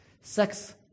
sex